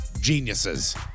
Geniuses